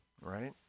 right